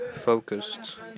focused